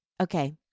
Okay